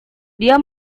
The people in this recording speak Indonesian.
dia